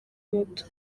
moto